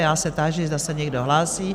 Já se táži, zda se někdo hlásí?